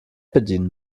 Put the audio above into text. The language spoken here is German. bedienen